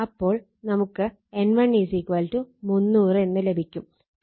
അപ്പോൾ നമുക്ക് N1 300 എന്ന് ലഭിക്കും